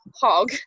hog